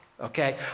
Okay